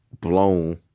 blown